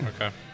okay